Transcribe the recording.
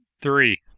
Three